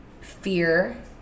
fear